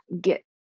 get